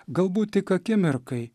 galbūt tik akimirkai